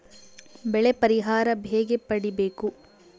ಬೆಳೆ ಪರಿಹಾರ ಹೇಗೆ ಪಡಿಬೇಕು?